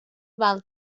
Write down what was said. val